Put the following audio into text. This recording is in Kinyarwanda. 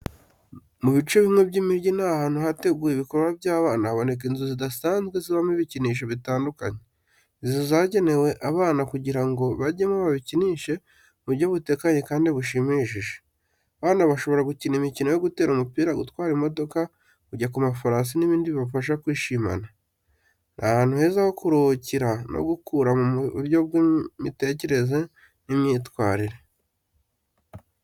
Mu bice bimwe by’imijyi n’ahantu hateguwe ibikorwa by’abana, haboneka inzu zidasanzwe zibamo ibikinisho bitandukanye. Izi nzu zagenewe abana kugira ngo bajyemo babikinishe mu buryo butekanye kandi bushimishije. Abana bashobora gukina imikino yo gutera umupira, gutwara imodoka, kujya ku mafarashi n'ibindi bibafasha kwishimana. Ni ahantu heza ho kuruhukira no gukura mu buryo bw’imitekerereze n’imyitwarire.